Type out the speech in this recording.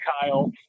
Kyle